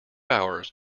hours